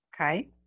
Okay